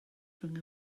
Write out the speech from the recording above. rhwng